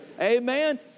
Amen